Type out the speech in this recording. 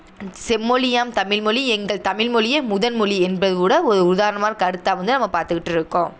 செம்மொழியாம் தமிழ் மொழி எங்கள் தமிழ் மொழியே முதன் மொழி என்பது கூட ஒரு உதாரணமான கருத்தாக வந்து நம்ம பார்த்துக்கிட்ருக்கோம்